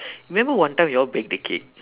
remember one time you all bake the cake